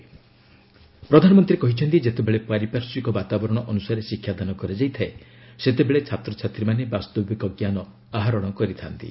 PM ପରଖ୍ ପ୍ରଧାନମନ୍ତ୍ରୀ କହିଛନ୍ତି ଯେତେବେଳେ ପାର୍ଶ୍ୱିକ ବାତାବରଣ ଅନୁସାରେ ଶିକ୍ଷାଦାନ କରାଯାଇଥାଏ ସେତେବେଳେ ଛାତ୍ରଛାତ୍ରୀମାନେ ବାସ୍ତବିକ ଜ୍ଞାନ ଆହରଣ କରିଥା'ନ୍ତି